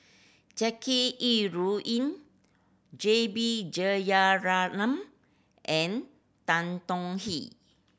Jackie Yi Ru Ying J B Jeyaretnam and Tan Tong Hye